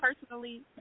personally